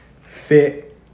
fit